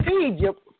Egypt